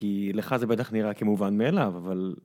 כי לך זה בטח נראה כמובן מאליו, אבל...